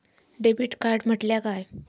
Debit card म्हटल्या काय?